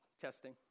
testing